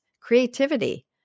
creativity